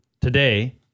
Today